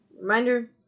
Reminder